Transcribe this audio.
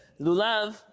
Lulav